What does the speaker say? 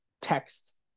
text